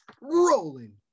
rolling